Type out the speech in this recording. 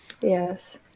Yes